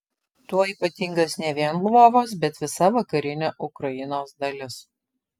tuo ypatingas ne vien lvovas bet visa vakarinė ukrainos dalis